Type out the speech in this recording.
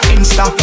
Insta